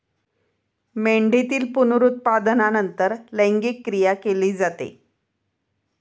मेंढीतील पुनरुत्पादनानंतर लैंगिक क्रिया केली जाते